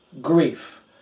grief